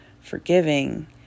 forgiving